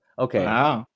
Okay